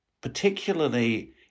particularly